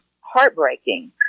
heartbreaking